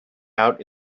out